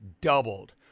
doubled